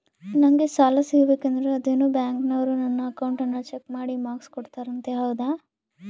ನಂಗೆ ಸಾಲ ಸಿಗಬೇಕಂದರ ಅದೇನೋ ಬ್ಯಾಂಕನವರು ನನ್ನ ಅಕೌಂಟನ್ನ ಚೆಕ್ ಮಾಡಿ ಮಾರ್ಕ್ಸ್ ಕೋಡ್ತಾರಂತೆ ಹೌದಾ?